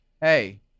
Hey